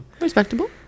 respectable